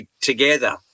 together